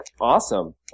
awesome